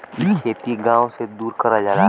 इ खेती गाव से दूर करल जाला